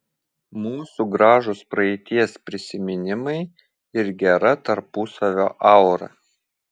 mūsų gražūs praeities prisiminimai ir gera tarpusavio aura